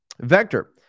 Vector